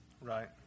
Right